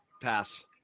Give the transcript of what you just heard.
Pass